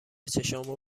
چشامو